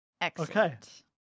Excellent